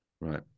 Right